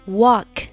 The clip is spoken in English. walk